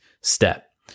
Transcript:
step